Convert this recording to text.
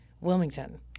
Wilmington